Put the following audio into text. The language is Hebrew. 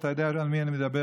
אתה יודע על מי אני מדבר,